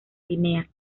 guinea